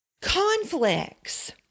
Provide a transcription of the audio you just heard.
conflicts